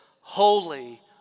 Holy